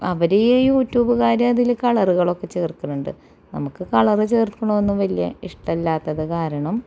അവര് യൂട്യൂബുകാർ അതില് കളറുകളൊക്കെ ചേർക്കുന്നുണ്ട് നമുക്ക് കളറ് ചേര്ക്കണമെന്ന് വലിയ ഇഷ്ടില്ലാത്തത് കാരണം